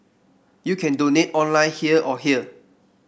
you can donate online here or here